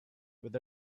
with